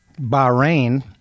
Bahrain